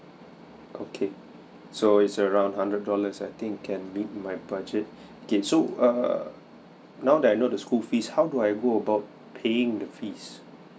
okay so it's around hundred dollars I think can meet my budget okay so err now that I know the school fees how do I go about paying the fees